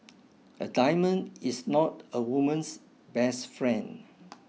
a diamond is not a woman's best friend